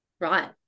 right